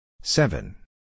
Seven